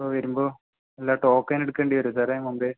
അപ്പോൾ വരുമ്പോൾ അല്ല ടോക്കൺ എടുക്കേണ്ടി വരുമോ സാറേ മുമ്പേ